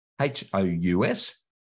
H-O-U-S